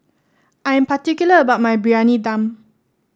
I am particular about my Briyani Dum